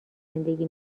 زندگی